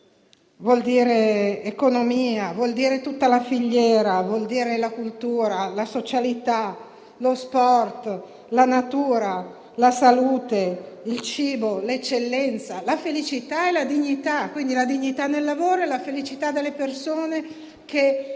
lavoro, economia, vuol dire tutta la filiera, la cultura, la socialità, lo sport, la natura, la salute, il cibo, l'eccellenza, la felicità e la dignità. Vuol dire la dignità del lavoro e la felicità delle persone che ne